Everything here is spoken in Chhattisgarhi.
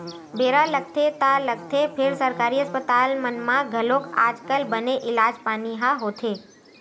बेरा लगथे ता लगथे फेर सरकारी अस्पताल मन म घलोक आज कल बने इलाज पानी ह होथे